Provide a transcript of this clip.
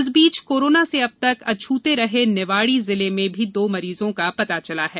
इस बीच कोरोना से अब तक अछूते रहे निवाड़ी जिले में भी दो मरीजों का पता चला है